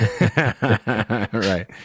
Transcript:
Right